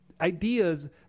ideas